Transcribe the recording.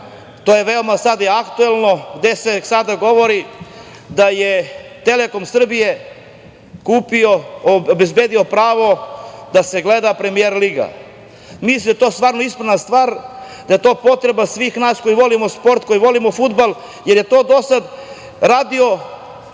to je veoma sada i aktuelno, gde se sada govori da je „Telekom Srbija“ obezbedio pravo da se gleda Premijer liga. Mislim da je to stvarno ispravna stvar, da je to potreba svih nas koji volimo sport, koji volimo fudbal, jer je to do sada radila